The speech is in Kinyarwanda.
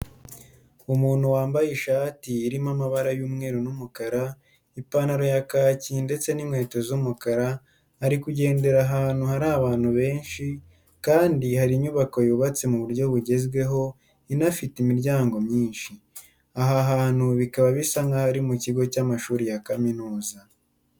Umuntu wambaye ishati irimo amabara y'umweru n'umukara, ipantaro ya kaki ndetse n'inkweto z'umukara, ari kugendera ahantu hari abantu benshi kandi hari inyubako yubatse mu buryo bugezweho inafite imiryango myinshi. Aha hantu bikaba bisa nkaho ari mu kigo cy'amashuri ya kaminuza.